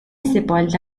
sepolta